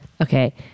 Okay